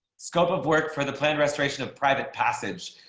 scope of work for the plan restoration of private passage.